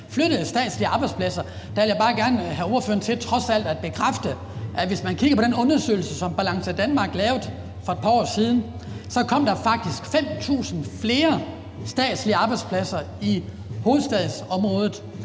flyttet statslige arbejdspladser. Der vil jeg bare gerne have ordføreren til trods alt at bekræfte, at hvis man kigger på den undersøgelse, som Balance Danmark lavede for et par år siden, kan man se, at der faktisk kom 5.000 flere statslige arbejdspladser i hovedstadsområdet,